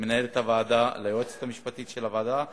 למנהלת הוועדה, ליועצת המשפטית של הוועדה.